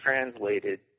translated